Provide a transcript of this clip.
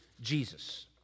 Jesus